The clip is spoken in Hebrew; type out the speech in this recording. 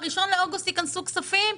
ב-1 באוגוסט ייכנסו כספים,